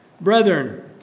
Brethren